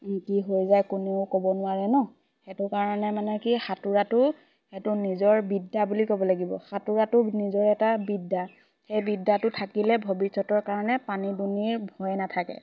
কি হৈ যায় কোনেও ক'ব নোৱাৰে ন সেইটো কাৰণে মানে কি সাঁতোৰাটো সেইটো নিজৰ বিদ্যা বুলি ক'ব লাগিব সাঁতোৰাটো নিজৰে এটা বিদ্যা সেই বিদ্যাটো থাকিলে ভৱিষ্যতৰ কাৰণে পানী দুনিৰ ভয় নাথাকে